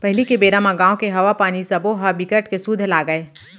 पहिली के बेरा म गाँव के हवा, पानी सबो ह बिकट के सुद्ध लागय